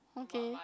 okay